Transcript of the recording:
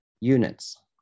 units